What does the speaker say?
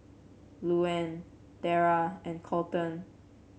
Louann Terra and Colton